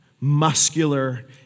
muscular